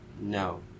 no